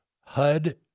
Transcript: HUD